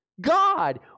God